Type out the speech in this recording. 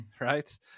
right